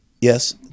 yes